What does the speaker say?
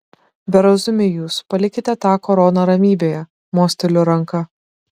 berazumiai jūs palikite tą koroną ramybėje mosteliu ranka